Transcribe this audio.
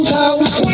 house